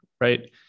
right